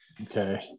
Okay